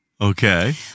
Okay